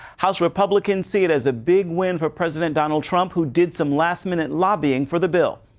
house republicans see it as a big win for president and trump, who did some latest-minute lobbying for the bill.